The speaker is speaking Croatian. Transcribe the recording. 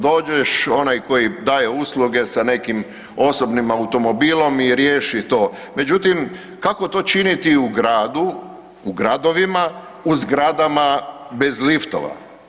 Dođeš onaj koji daje usluge sa nekim osobnim automobilom i riješi to, međutim kako to činiti u gradu, u gradovima, u zgradama bez liftova.